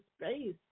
space